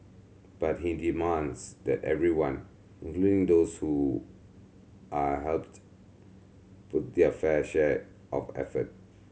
but he demands that everyone including those who are helped put their fair share of effort